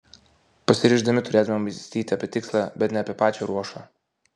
pasiryždami turėtumėme mąstyti apie tikslą bet ne apie pačią ruošą